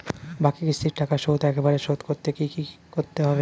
বাকি কিস্তির টাকা শোধ একবারে শোধ করতে কি করতে হবে?